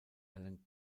alan